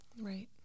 Right